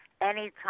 anytime